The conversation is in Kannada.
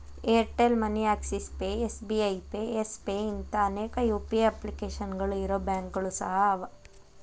Airtel Money Axis Pay SBI Pay Yes Pay ಇಂಥಾ ಅನೇಕ ಯು.ಪಿ.ಐ ಅಪ್ಲಿಕೇಶನ್ಗಳು ಇರೊ ಬ್ಯಾಂಕುಗಳು ಸಹ ಅವ